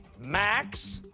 max,